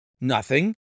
Nothing